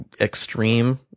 extreme